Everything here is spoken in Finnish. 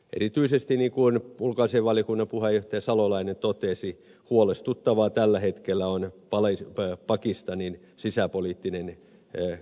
erityisesti niin kuin ulkoasiainvaliokunnan puheenjohtaja salolainen totesi huolestuttavaa tällä hetkellä on pakistanin sisäpoliittinen kehitys